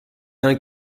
d’un